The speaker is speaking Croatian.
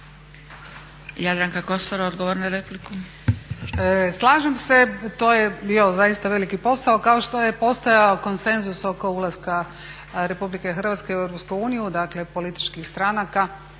Jadranka (Nezavisni)** Slažem se, to je bio zaista veliki posao kao što je postojao konsenzus oko ulaska RH u EU, dakle političkih stranaka